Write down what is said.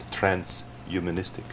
transhumanistic